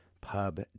pub